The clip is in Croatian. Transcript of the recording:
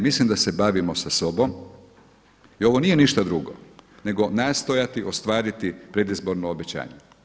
Mislimo da se bavim sa sobom i ovo nije ništa drugo nego nastojati ostvariti predizborno obećanje.